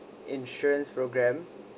insurance program